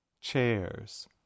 chairs